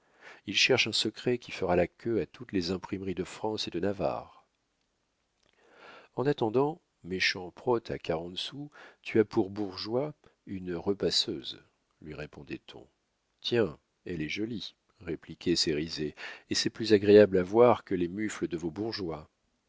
il cherche un secret qui fera la queue à toutes les imprimeries de france et de navarre en attendant méchant prote à quarante sous tu as pour bourgeois une repasseuse lui répondait-on tiens elle est jolie répliquait cérizet et c'est plus agréable à voir que les mufles de vos bourgeois